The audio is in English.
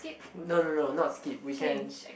no no no not skip we can